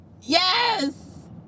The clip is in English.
Yes